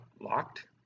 locked